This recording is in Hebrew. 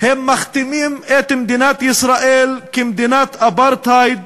הם מכתימים את מדינת ישראל כמדינת אפרטהייד,